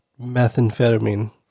methamphetamine